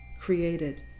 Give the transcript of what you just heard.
created